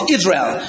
Israel